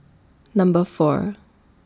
Number four